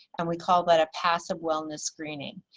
and we call that a passive wellness screening.